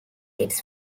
its